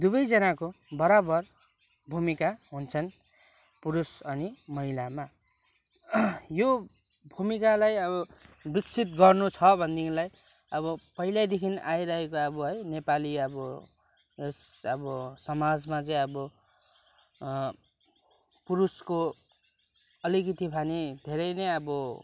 दुवै जनाको बराबर भूमिका हुन्छन् पुरुष अनि महिलामा यो भूमिकालाई अब विकसित गर्नु छ भने देखिलाई अब पहिलै देखि आइरहेको अब नेपाली अब यस अब समाजमा चाहिँ अब पुरुषको अलिकति भए नि धेरै नै अब काम